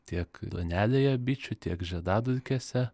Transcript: tiek duonelėje bičių tiek žiedadulkėse